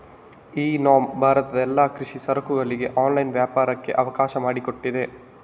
E NAM ಭಾರತದ ಎಲ್ಲಾ ಕೃಷಿ ಸರಕುಗಳಿಗೆ ಆನ್ಲೈನ್ ವ್ಯಾಪಾರಕ್ಕೆ ಅವಕಾಶ ಮಾಡಿಕೊಟ್ಟಿದೆ